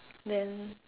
then